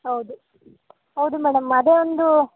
ಹೌದು ಹೌದು ಮೇಡಮ್ ಅದೇ ಒಂದು